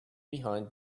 behind